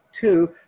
Two